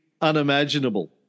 unimaginable